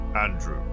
Andrew